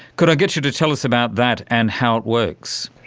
could i get you to tell us about that and how it works?